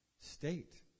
state